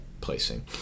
placing